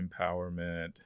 empowerment